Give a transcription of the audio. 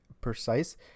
precise